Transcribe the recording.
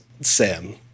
Sam